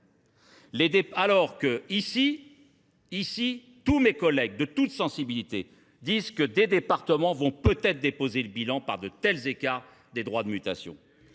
Alors qu'ici, tous mes collègues de toute sensibilité disent que des départements vont peut-être déposer le bilan. de tels écarts des droits de mutation.